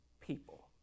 people